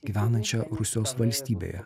gyvenančią rusijos valstybėje